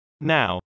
Now